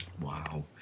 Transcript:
wow